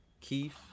Keith